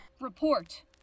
Report